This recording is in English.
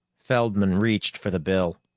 feldman reached for the bill.